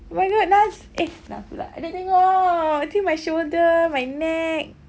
oh my god naz eh naz pula you tengok see my shoulder my neck